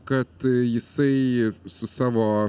kad jisai su savo